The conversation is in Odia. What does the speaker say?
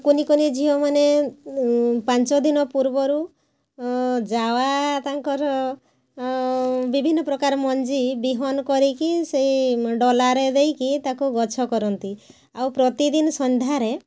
କୁନି କୁନି ଝିଅମାନେ ପାଞ୍ଚ ଦିନ ପୂର୍ବରୁ ଯାଆଁଳା ତାଙ୍କର ବିଭିନ୍ନ ପ୍ରକାର ମଞ୍ଜି ବିହନ କରିକି ସେଇ ଡଲାରେ ଦେଇକି ତାକୁ ଗଛ କରନ୍ତି ଆଉ ପ୍ରତିଦିନ ସନ୍ଧ୍ୟାରେ